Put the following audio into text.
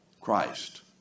Christ